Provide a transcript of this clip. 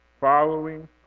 Following